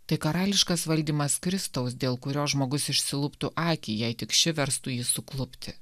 tai karališkas valdymas kristaus dėl kurio žmogus išsilupti akį jei tik ši verstų jį suklupti